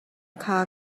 kha